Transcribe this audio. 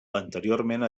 anteriorment